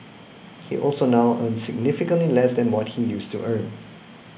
he also now earns significantly less than what he used to earn